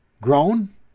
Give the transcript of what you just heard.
grown